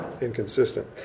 inconsistent